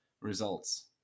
results